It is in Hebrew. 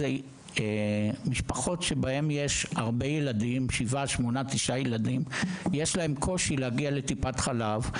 אלו משפחות שבהם יש הרבה ילדים ויש להם קושי להגיע לטיפת חלב.